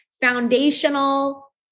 foundational